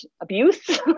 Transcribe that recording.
abuse